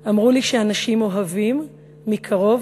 ירוק,/ אמרו לי שאנשים אוהבים/ מקרוב,